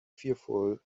fearful